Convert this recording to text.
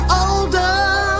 older